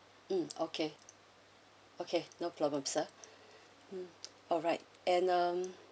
mm okay okay no problem sir mm alright and um